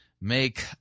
make